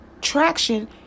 traction